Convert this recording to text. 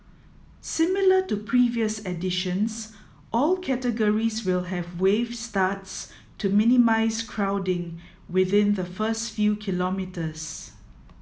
similar to previous editions all categories will have wave starts to minimise crowding within the first few kilometres